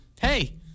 hey